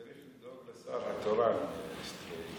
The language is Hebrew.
צריך לדאוג לשר התורן לסטרואידים.